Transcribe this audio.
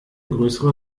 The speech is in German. größere